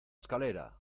escalera